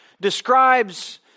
describes